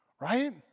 Right